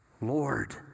Lord